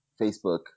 Facebook